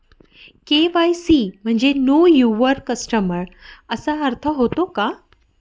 KYC म्हणजे know your customer असा अर्थ होतो का?